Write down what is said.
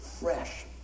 fresh